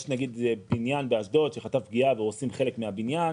יש נגיד בניין באשדוד שחטף פגיעה והורסים חלק מהבניין,